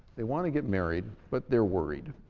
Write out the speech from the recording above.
they want to get married, but they're worried.